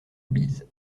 bise